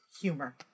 humor